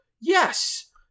Yes